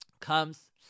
comes